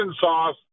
sauce